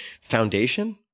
Foundation